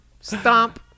Stomp